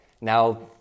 Now